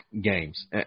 games